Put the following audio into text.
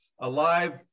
alive